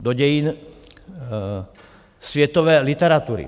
Do dějin světové literatury.